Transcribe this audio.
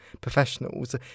professionals